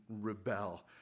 rebel